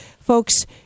folks